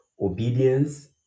obedience